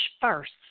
first